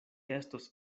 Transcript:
estos